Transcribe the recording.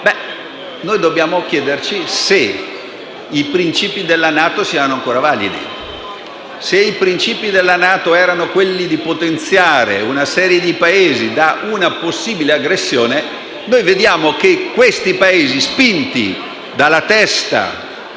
Dobbiamo chiederci se i principi della NATO siano ancora validi. Se i principi della NATO erano quelli di potenziare una serie di Paesi da una possibile aggressione, allora vediamo che questi Paesi, spinti dalla testa